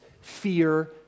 fear